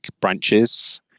branches